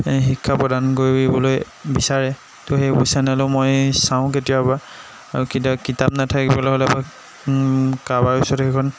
এই শিক্ষা প্ৰদান কৰিবলৈ বিচাৰে ত' সেইবোৰ চেনেলো মই চাওঁ কেতিয়াবা আৰু কেতিয়াবা কিতাপ নাথাকিবলৈ হ'লে কাৰোবাৰ ওচৰত সেইখন